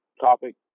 topic